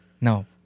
No